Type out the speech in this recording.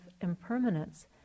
impermanence